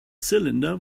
cylinder